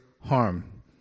harm